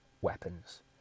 weapons